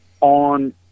on